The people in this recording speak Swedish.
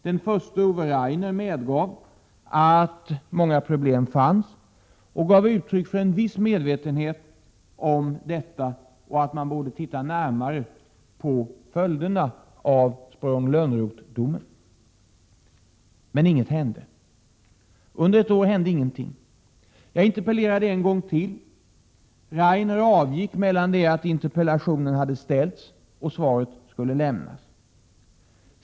Den förste, Ove Rainer, medgav att många problem fanns och gav uttryck för en viss medvetenhet om detta och att man borde se närmare på följderna av Sporrong-Lönnrothdomen. Men under ett år hände ingenting. Jag interpellerade en gång till. Rainer avgick mellan det att interpellationen hade framställts och svaret skulle lämnas.